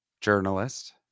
journalist